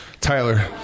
Tyler